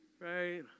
right